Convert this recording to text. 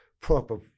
proper